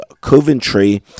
Coventry